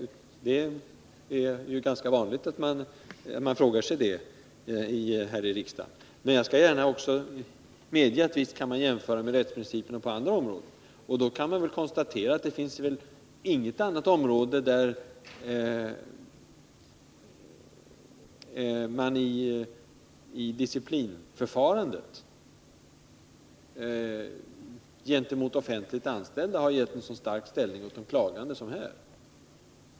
Det är ju ganska vanligt att man frågar sig det här i riksdagen. Men jag skall gärna medge att man visst kan jämföra med rättsprinciperna på andra områden. Man kan då konstatera att det inte finns något annat område, där man i disciplinförfarande gentemot offentligt anställda har gett en så stark ställning åt de klagande som här.